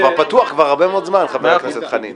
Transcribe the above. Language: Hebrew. כבר פתוח הרבה מאוד זמן, חבר הכנסת חנין.